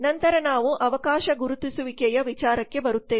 ನಂತರ ನಾವು ಅವಕಾಶ ಗುರುತಿಸುವಿಕೆಯ ವಿಚಾರಕ್ಕೆ ಬರುತ್ತೇವೆ